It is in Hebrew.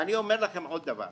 ואני אומר לכם עוד דבר,